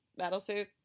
battlesuit